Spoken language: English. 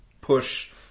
push